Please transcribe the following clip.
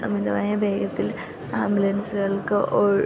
അമിതമായ വേഗത്തില് ആംബുലൻസ്കൾക്ക് ഓൾ